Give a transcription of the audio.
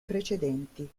precedenti